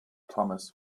thomas